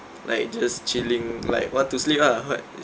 like just chilling like want to sleep lah what